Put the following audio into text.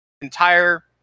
entire